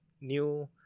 new